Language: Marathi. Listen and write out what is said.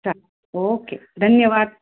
चा ओके धन्यवाद